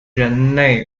人类